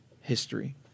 history